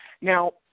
Now